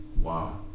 wow